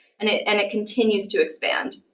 and it and it continues to expand.